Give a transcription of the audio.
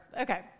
Okay